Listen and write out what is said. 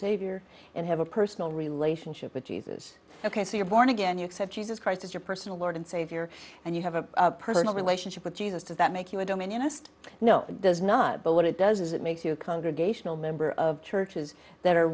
savior and have a personal relationship with jesus ok so you're born again you accept jesus christ as your personal lord and savior and you have a personal relationship with jesus does that make you a domain interest no it does not but what it does is it makes you a congregational member of churches that are